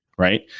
right?